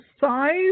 size